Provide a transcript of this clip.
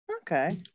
Okay